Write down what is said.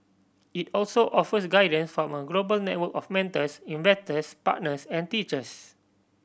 it also offers guidance from a global network of mentors investors partners and teachers